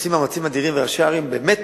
עושים מאמצים אדירים, וראשי ערים באמת